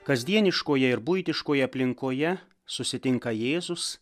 kasdieniškoje ir buitiškoje aplinkoje susitinka jėzus